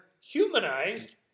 humanized